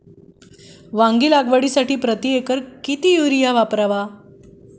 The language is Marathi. वांगी लागवडीसाठी प्रति एकर किती युरिया वापरावा?